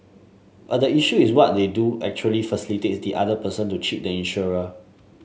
but the issue is what they do actually facilitates the other person to cheat the insurer